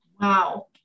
Wow